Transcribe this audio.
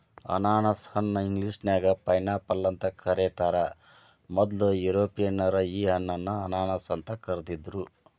ಅನಾನಸ ಹಣ್ಣ ಇಂಗ್ಲೇಷನ್ಯಾಗ ಪೈನ್ಆಪಲ್ ಅಂತ ಕರೇತಾರ, ಮೊದ್ಲ ಯುರೋಪಿಯನ್ನರ ಈ ಹಣ್ಣನ್ನ ಅನಾನಸ್ ಅಂತ ಕರಿದಿದ್ರು